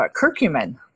curcumin